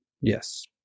Yes